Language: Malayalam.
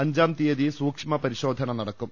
അഞ്ചാം തീയതി സൂക്ഷ്മ പരിശോധനു നടക്കും